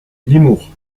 limours